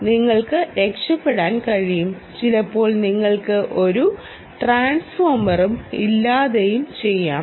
നിങ്ങൾക്ക് രക്ഷപ്പെടാൻ കഴിയും ചിലപ്പോൾ നിങ്ങൾക്ക് ഒരു ട്രാൻസ്ഫോർമറും ഇല്ലാതെയും ചെയ്യാം